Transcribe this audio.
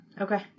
Okay